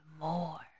more